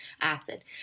acid